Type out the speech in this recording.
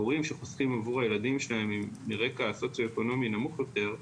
הורים שחוסכים עבור הילדים שלהם מרקע סוציו-אקונומי נמוך יותר,